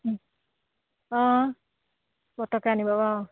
অঁ আনিব অঁ